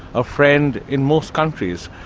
a friend in most countries.